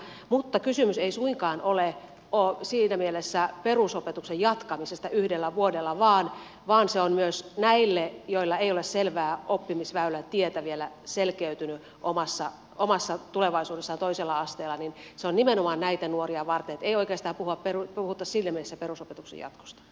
mutta kysymys ei suinkaan ole siinä mielessä perusopetuksen jatkamisesta yhdellä vuodella vaan se on myös nimenomaan näitä nuoria varten joilla ei ole selvää oppimisväylätietä vielä selkiytynyt omassa tulevaisuudessaan toisella asteella niin että ei oikeastaan puhuta siinä mielessä perusopetuksen jatkosta